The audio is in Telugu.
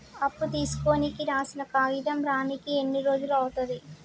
అప్పు తీసుకోనికి రాసిన కాగితం రానీకి ఎన్ని రోజులు అవుతది?